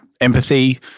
empathy